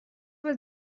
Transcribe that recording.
was